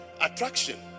Attraction